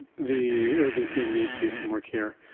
the urgency and need to do some work here.